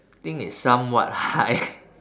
think it's somewhat high